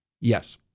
Yes